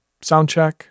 soundcheck